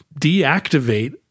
deactivate